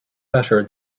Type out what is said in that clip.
better